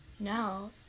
No